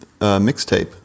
mixtape